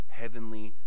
heavenly